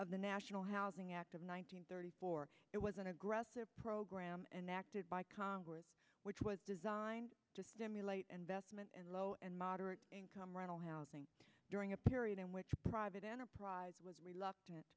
of the national housing act of one nine hundred thirty four it was an aggressive program and acted by congress which was designed to stimulate investment and low and moderate income rental housing during a period in which private enterprise was reluctant